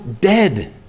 dead